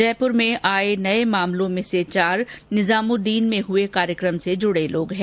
जयपुर में आए नये मामलों में से चार निजामुददीन में हुए कार्यक्रम से जुड़े लोग हैं